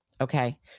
okay